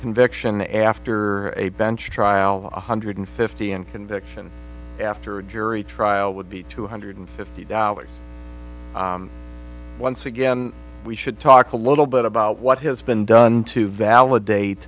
conviction after a bench trial one hundred fifty in conviction after a jury trial would be two hundred fifty dollars once again we should talk a little bit about what has been done to validate